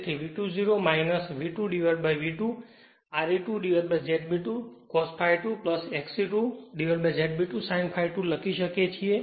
તેથી V2 0 V2V2 Re2Z B 2 cos ∅2 XE2Z B 2 sin ∅2 લખી શકીએ છીએ